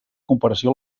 comparació